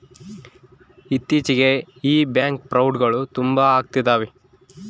ಇತ್ತೀಚಿಗೆ ಈ ಬ್ಯಾಂಕ್ ಫ್ರೌಡ್ಗಳು ತುಂಬಾ ಅಗ್ತಿದವೆ